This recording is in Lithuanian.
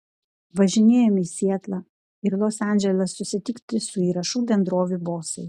važinėjome į sietlą ir los andželą susitikti su įrašų bendrovių bosais